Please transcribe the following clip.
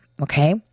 Okay